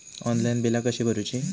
Online बिला कशी भरूची?